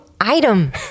item